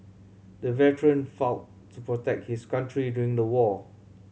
the veteran fought to protect his country during the war